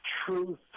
truth